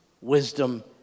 wisdom